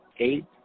eight